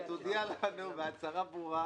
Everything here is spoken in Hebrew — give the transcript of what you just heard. כשדיברנו בוועדה על הצעת החוק שאתה הובלת זה גם נכנס.